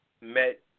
met